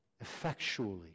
effectually